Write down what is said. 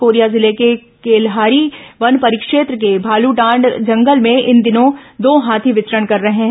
Korea जिले के केल्हारी वन परिक्षेत्र के भालूडांड जंगल में इन दिनों दो हाथी विचरण कर रहे हैं